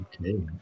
Okay